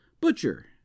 butcher